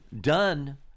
done